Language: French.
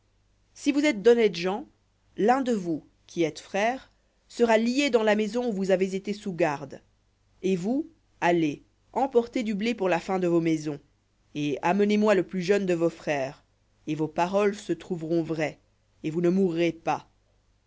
si vous êtes d'honnêtes gens l'un de vous qui êtes frères sera lié dans la maison où vous avez été sous garde et vous allez emportez du blé pour la faim de vos maisons et amenez-moi le plus jeune de vos frères et vos paroles se trouveront vraies et vous ne mourrez pas